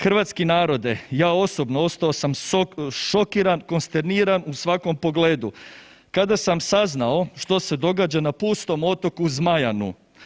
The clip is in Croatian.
Hrvatski narode, ja osobno ostao sam šokiran, konsterniran u svakom pogledu kada sam saznao što se događa na pustom otoku Zmajanu.